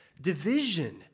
division